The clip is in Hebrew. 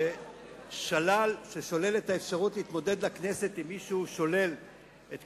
ששולל את האפשרות להתמודד לכנסת ממי ששולל את